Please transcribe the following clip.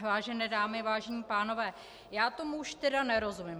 Vážené dámy, vážení pánové, já tomu už tedy nerozumím.